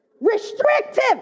Restrictive